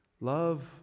Love